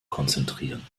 konzentrieren